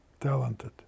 talented